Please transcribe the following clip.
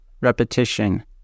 repetition